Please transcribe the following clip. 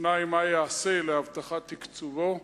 2. מה ייעשה להבטחת תקצובו?